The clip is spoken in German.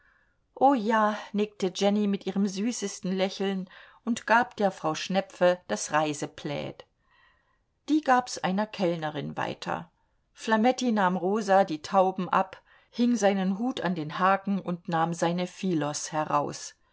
oh ja nickte jenny mit ihrem süßesten lächeln und gab der frau schnepfe das reiseplaid die gab's einer kellnerin weiter flametti nahm rosa die tauben ab hing seinen hut an den haken und nahm seine philos heraus